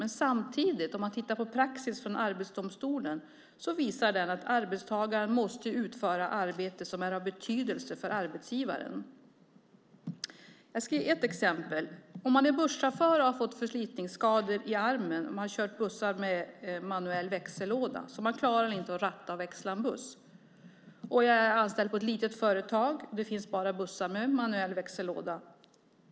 Men samtidigt visar praxis från Arbetsdomstolen att arbetstagaren måste utföra arbete som är av betydelse för arbetsgivaren. Jag ska ge ett exempel. Den som är busschaufför och som har fått förslitningsskador i ena armen efter att ha kört bussar med manuell växellåda klarar inte att ratta och växla en buss. Den här personen är anställd på ett litet företag där det bara finns bussar med manuell växellåda.